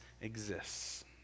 exists